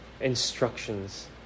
instructions